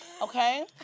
Okay